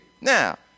Now